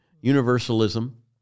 universalism